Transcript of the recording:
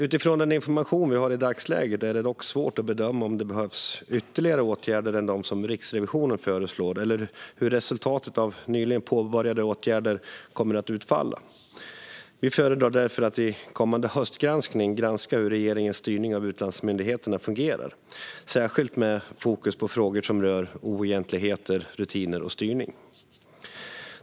Utifrån den information vi har i dagsläget är det dock svårt att bedöma om det behövs ytterligare åtgärder än de som Riksrevisionen föreslår eller hur resultatet av nyligen påbörjade åtgärder kommer att utfalla. Vi föredrar därför att i kommande höstgranskning granska hur regeringens styrning av utlandsmyndigheterna fungerar, särskilt med fokus på frågor som rör oegentligheter, rutiner och styrning.